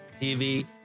TV